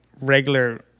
regular